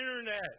internet